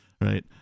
right